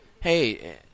Hey